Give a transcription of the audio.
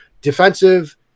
defensive